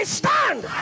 stand